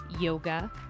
yoga